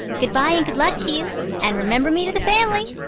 good-by and good luck to you and remember me to the family!